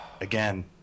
Again